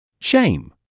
Shame